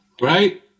Right